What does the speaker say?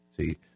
See